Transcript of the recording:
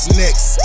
next